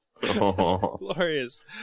Glorious